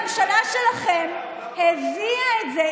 הממשלה שלכם הביאה את זה,